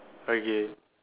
okay